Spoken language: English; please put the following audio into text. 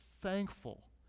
thankful